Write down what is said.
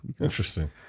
Interesting